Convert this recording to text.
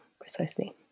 precisely